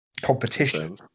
competition